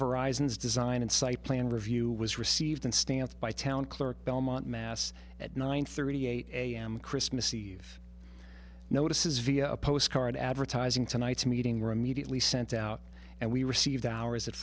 horizons design and site plan review was received and stamped by town clerk belmont mass at nine thirty eight am christmas eve notices via a postcard advertising tonight's meeting were immediately sent out and we received ours at